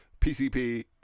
PCP